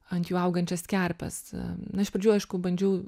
ant jų augančias kerpes na iš pradžių aišku bandžiau